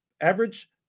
average